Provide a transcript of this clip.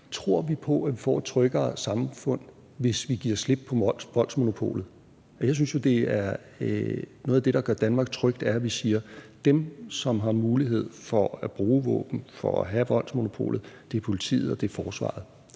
Tror vi på, at vi får et tryggere samfund, hvis vi giver slip på voldsmonopolet? Jeg synes jo, at noget af det, der gør Danmark trygt, er, at vi siger, at dem, der har mulighed for at bruge våben og har voldsmonopolet, er politiet og forsvaret.